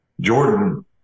Jordan